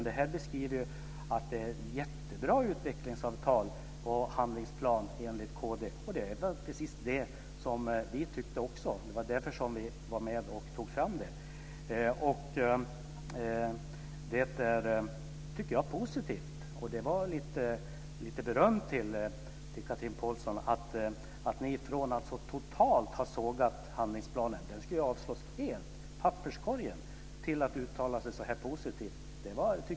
Det här beskriver ju att det är jättebra utvecklingsavtal och handlingsplan enligt kd. Det är precis det som vi också tyckte. Det var därför som vi var med och tog fram det. Det är positivt. Det var lite beröm till Chatrine Pålsson att ni från att så totalt ha sågat handlingsplanen - den skulle avslås helt och kastas i papperskorgen - har ändrat er till att uttala er så här positivt.